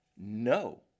No